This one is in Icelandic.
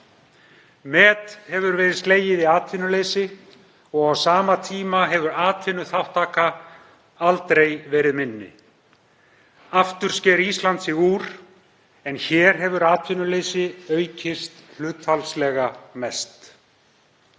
Met hefur verið slegið í atvinnuleysi og á sama tíma hefur atvinnuþátttaka aldrei verið minni. Aftur sker Ísland sig úr, en hér hefur atvinnuleysi aukist hlutfallslega mest.